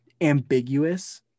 ambiguous